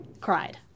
cried